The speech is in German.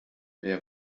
wer